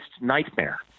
nightmare